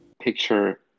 picture